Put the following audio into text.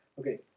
Okay